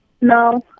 No